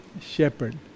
shepherd